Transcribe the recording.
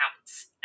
counts